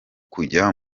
kujya